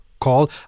call